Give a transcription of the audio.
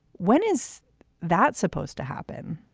when is that supposed to happen?